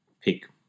pick